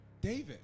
David